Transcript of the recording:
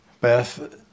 Beth